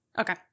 Okay